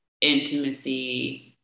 intimacy